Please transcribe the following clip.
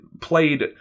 played